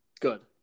Good